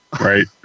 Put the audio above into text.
Right